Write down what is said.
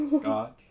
Scotch